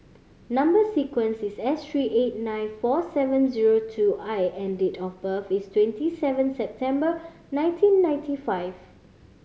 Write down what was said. number sequence is S three eight nine four seven zero two I and date of birth is twenty seven September nineteen ninety five